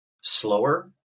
slower